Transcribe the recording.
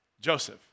Joseph